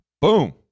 Boom